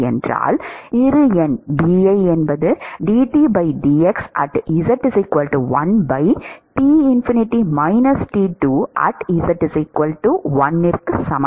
எனவே இரு எண் க்கு சமம் என்று சொன்னோம்